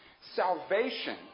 Salvation